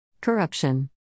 Corruption